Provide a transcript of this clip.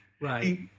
right